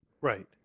right